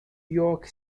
york